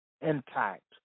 intact